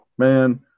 Man